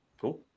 cool